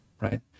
right